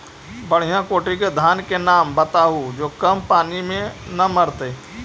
बढ़िया कोटि के धान के नाम बताहु जो कम पानी में न मरतइ?